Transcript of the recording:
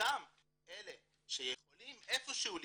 שאותם אלה שיכולים איפה שהוא ליפול,